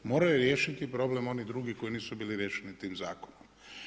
Morao je riješiti problem onih drugih koji nisu bili riješeni tim zakonom.